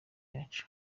yacu